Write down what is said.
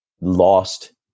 lost